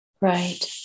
Right